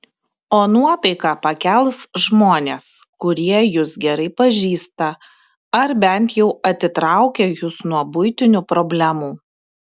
o nuotaiką pakels žmonės kurie jus gerai pažįsta ar bent jau atitraukia jus nuo buitinių problemų